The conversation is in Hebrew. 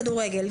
כדורגל,